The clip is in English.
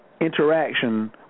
interaction